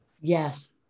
Yes